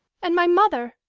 and my mother!